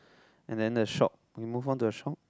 and then the shop we move on to the shop